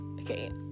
Okay